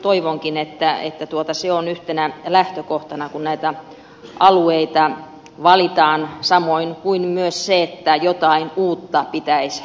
toivonkin että se on yhtenä lähtökohtana kun näitä alueita valitaan samoin kuin myös se että jotain uutta pitäisi synnytyttää